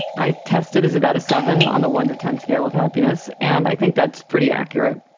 i tested as about a seven on the one to ten scale of happiness, and i think that's pretty accurate,